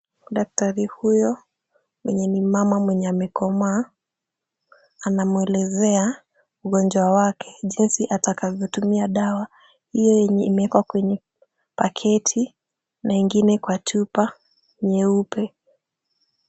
Daktari huyo, mwenye ni mama amekomaa, anamuelezea mgonjwa wake jinsi atakavyotumia dawa hiyo, yenye imewekwa kwenye paketi, na ingine kwa chupa nyeupe.